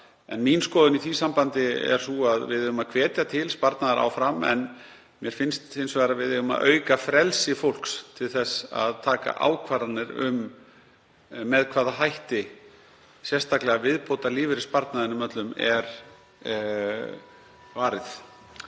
Mín skoðun í því sambandi er sú að við eigum áfram að hvetja til sparnaðar. En mér finnst hins vegar að við eigum að auka frelsi fólks til þess að taka ákvarðanir um með hvaða hætti sérstaklega viðbótarlífeyrissparnaðinum öllum er varið.